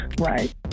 Right